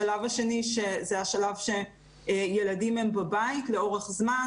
השלב השני זה השלב שילדים הם בבית לאורך זמן